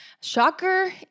Shocker